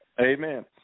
Amen